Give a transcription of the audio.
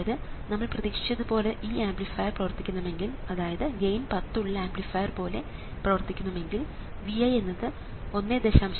അതായത് നമ്മൾ പ്രതീക്ഷിച്ചതു പോലെ ഈ ആംപ്ലിഫയർ പ്രവർത്തിക്കണമെങ്കിൽ അതായത് ഗെയിൻ 10 ഉള്ള ആംപ്ലിഫയർ പോലെ പ്രവർത്തിക്കണമെങ്കിൽ Vi എന്നത് 1